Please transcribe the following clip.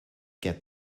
get